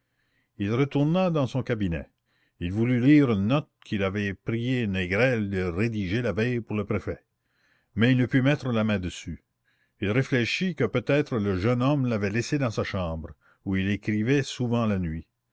il retourna dans son cabinet il voulut lire une note qu'il avait prié négrel de rédiger la veille pour le préfet mais il ne put mettre la main dessus il réfléchit que peut-être le jeune homme l'avait laissée dans sa chambre où il écrivait souvent la nuit